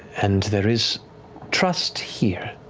and there is trust here,